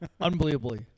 Unbelievably